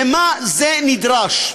למה זה נדרש?